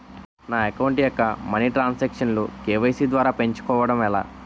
నా అకౌంట్ యెక్క మనీ తరణ్ సాంక్షన్ లు కే.వై.సీ ద్వారా పెంచుకోవడం ఎలా?